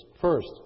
First